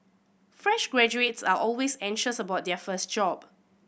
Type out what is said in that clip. fresh graduates are always anxious about their first job